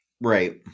right